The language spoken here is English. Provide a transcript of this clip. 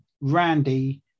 Randy